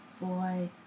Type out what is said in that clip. Boy